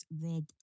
rob